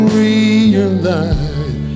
realize